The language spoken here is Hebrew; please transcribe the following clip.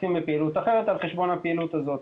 מקצצים בפעילות אחרת על חשבון הפעילות הזאת.